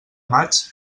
maig